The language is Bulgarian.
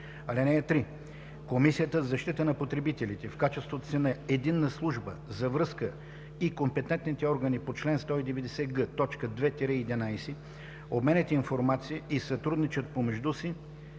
(3) Комисията за защита на потребителите, в качеството си на Единна служба за връзка, и компетентните органи по чл. 190г, т. 2 – 11 обменят информация и сътрудничат помежду си